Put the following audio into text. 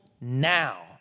now